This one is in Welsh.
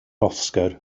oscar